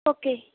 okay